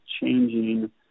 changing